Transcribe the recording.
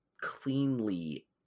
cleanly